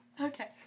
Okay